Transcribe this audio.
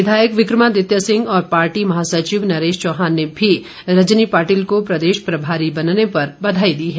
विधायक विक्रमादित्य सिंह और पार्टी महासचिव नरेश चौहान ने भी रजनी पाटिल को प्रदेश प्रभारी बनने पर बधाई दी है